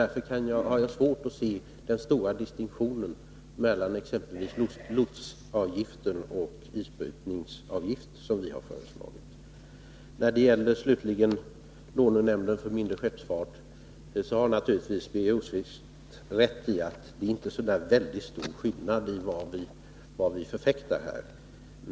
Därför har jag svårt att se den stora distinktionen mellan exempelvis lotsavgift och den isbrytaravgift som vi föreslagit. Slutligen när det gäller lånenämnden för den mindre sjöfarten: Birger Rosqvist har naturligtvis rätt i att det inte är så stor skillnad mellan vad vi förfäktar.